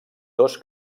dos